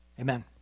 Amen